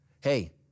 hey